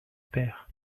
père